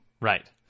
Right